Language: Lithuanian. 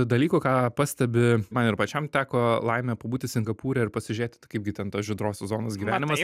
dalykų ką pastebi man ir pačiam teko laimė pabūti singapūre ir pasižiūrėti tai kaip gi ten tos žydrosios zonos gyvenimas